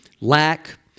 lack